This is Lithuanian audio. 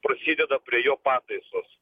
prasideda prie jo pataisos